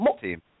team